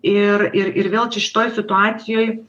ir ir ir vėl čia šitoj situacijoj